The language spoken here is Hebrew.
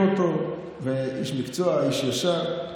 אני מכיר אותו והוא איש מקצוע, איש ישר.